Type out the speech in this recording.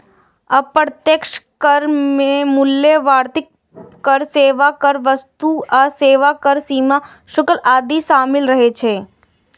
अप्रत्यक्ष कर मे मूल्य वर्धित कर, सेवा कर, वस्तु आ सेवा कर, सीमा शुल्क आदि शामिल रहै छै